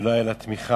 ולא היתה לה תמיכה.